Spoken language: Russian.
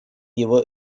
его